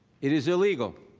it is illegal.